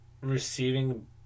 receiving